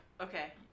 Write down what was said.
Okay